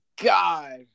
god